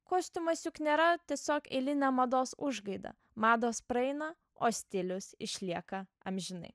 kostiumas juk nėra tiesiog eilinė mados užgaida mados praeina o stilius išlieka amžinai